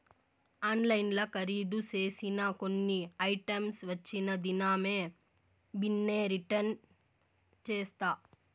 ఆన్లైన్ల కరీదు సేసిన కొన్ని ఐటమ్స్ వచ్చిన దినామే బిన్నే రిటర్న్ చేస్తా